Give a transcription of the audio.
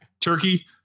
turkey